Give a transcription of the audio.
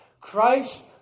Christ